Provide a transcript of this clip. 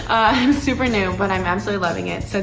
i'm super new, but i'm absolutely loving it. so